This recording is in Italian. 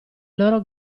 loro